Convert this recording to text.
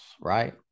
right